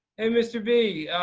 hey mr b,